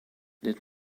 did